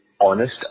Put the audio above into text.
honest